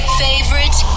favorite